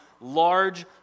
large